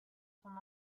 son